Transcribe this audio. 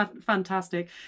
fantastic